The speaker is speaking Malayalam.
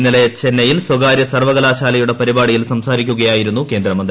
ഇന്നലെ ചെന്നൈയിൽ സ്വകാര്യ സർവകലാശാലയുടെ പ്പിപ്രാടീയിൽ സംസാരിക്കുകയായിരുന്നു കേന്ദ്രമന്തി